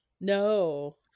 No